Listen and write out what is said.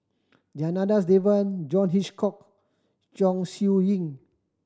Janadas Devan John Hitchcock Chong Siew Ying